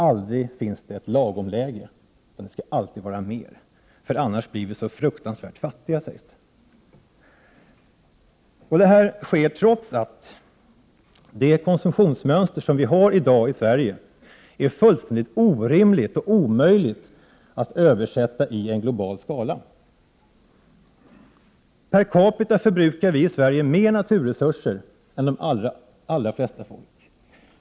Aldrig finns det ett lagomläge. Det skall alltid vara mer, för annars blir vi så fruktansvärt fattiga, sägs det. Detta sker trots att det konsumtionsmönster som vi har i dag i Sverige är fullständigt orimligt och omöjligt att översätta i en global skala. Per capita förbrukar vi i Sverige mer naturresurser än de allra flesta folk.